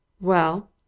Well